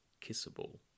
kissable